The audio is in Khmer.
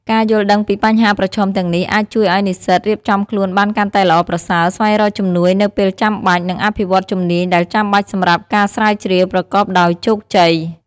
ការយល់ដឹងពីបញ្ហាប្រឈមទាំងនេះអាចជួយឱ្យនិស្សិតរៀបចំខ្លួនបានកាន់តែល្អប្រសើរ ស្វែងរកជំនួយនៅពេលចាំបាច់ និងអភិវឌ្ឍជំនាញដែលចាំបាច់សម្រាប់ការស្រាវជ្រាវប្រកបដោយជោគជ័យ។